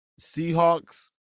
Seahawks